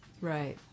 Right